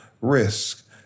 risk